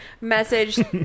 message